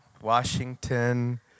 Washington